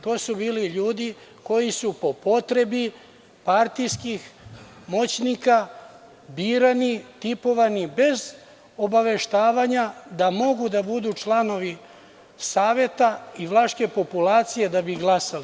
To su bili ljudi koji su po potrebi partijskih moćnika birani, tipovani bez obaveštavanja da mogu da budu članovi saveta i vlaške populacije da bi glasali.